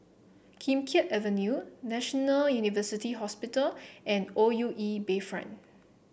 Kim Keat Avenue National University Hospital and O U E Bayfront